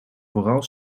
vooral